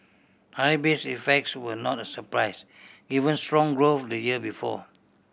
high base effects were not a surprise given strong growth the year before